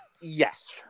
Yes